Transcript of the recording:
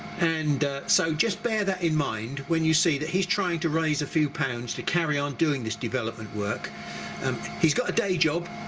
and so just bear that in mind when you see that he's trying to raise a few pounds to carry on doing this development work um he's got a day job,